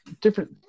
different